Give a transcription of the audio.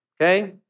okay